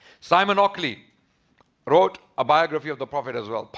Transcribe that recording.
simon oakley wrote a biography of the prophet as well,